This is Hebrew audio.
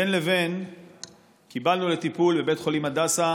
בין לבין קיבלנו לטיפול בבית חולים הדסה